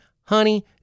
Honey